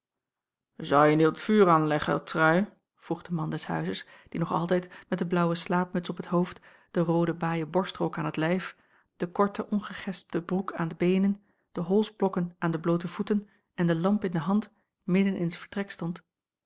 mietje zouje niet wat vuur anleggen trui vroeg de man des huizes die nog altijd met de blaauwe slaapmuts op t hoofd de roode baaie borstrok aan t lijf den korten ongegespten broek aan de beenen de holsblokken aan de bloote voeten en de lamp in de hand midden in t vertrek stond